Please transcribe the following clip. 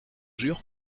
jure